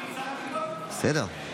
אני